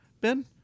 Ben